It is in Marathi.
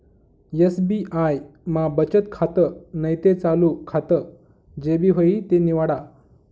एस.बी.आय मा बचत खातं नैते चालू खातं जे भी व्हयी ते निवाडा